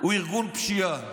הוא ארגון פשיעה.